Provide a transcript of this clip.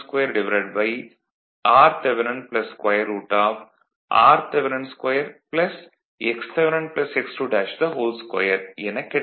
5 Vth2 rth √rth2 xth x22 எனக் கிடைக்கும்